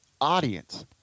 audience